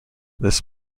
this